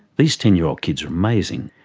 these ten year old kids are amazing.